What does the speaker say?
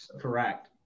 Correct